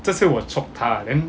这次我 choke 她 then